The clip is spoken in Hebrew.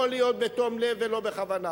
יכול להיות בתום לב ולא בכוונה.